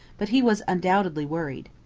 but he was undoubtedly worried.